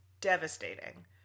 Devastating